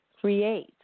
create